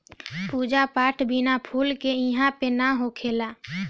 पूजा पाठ बिना फूल के इहां पे ना होखेला